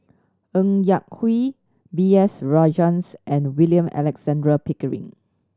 Ng Yak Whee B S Rajhans and William Alexander Pickering